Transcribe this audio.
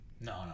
No